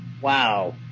Wow